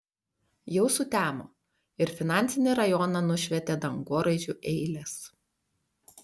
jau sutemo ir finansinį rajoną nušvietė dangoraižių eilės